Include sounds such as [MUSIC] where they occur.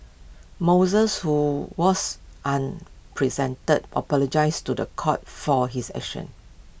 Moses who was [UNINTELLIGIBLE] presented apologised to The Court for his actions